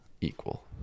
equal